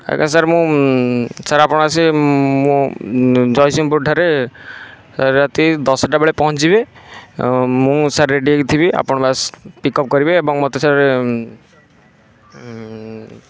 ଆଜ୍ଞା ସାର୍ ମୁଁ ସାର୍ ଆପଣ ଆସି ମୁଁ ଜଗତସିଂହପୁର ଠାରେ ରାତି ଦଶଟା ବେଳେ ପହଞ୍ଚି ଯିବେ ଆଉ ମୁଁ ସାର୍ ରେଡ଼ି ହେଇକି ଥିବି ଆପଣ ବାସ୍ ପିକ୍ଅପ୍ କରିବେ ଏବଂ ମୋତେ